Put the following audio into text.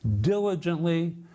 diligently